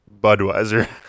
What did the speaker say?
Budweiser